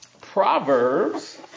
Proverbs